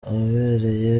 abere